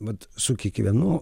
vat su kiekvienu